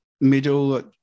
middle